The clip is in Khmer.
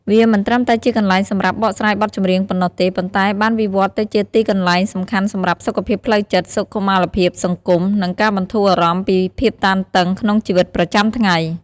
វាមិនត្រឹមតែជាកន្លែងសម្រាប់បកស្រាយបទចម្រៀងប៉ុណ្ណោះទេ ប៉ុន្តែបានវិវត្តទៅជាទីកន្លែងដ៏សំខាន់សម្រាប់សុខភាពផ្លូវចិត្ត សុខុមាលភាពសង្គម និងការបន្ធូរអារម្មណ៍ពីភាពតានតឹងក្នុងជីវិតប្រចាំថ្ងៃ។